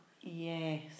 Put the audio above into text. Yes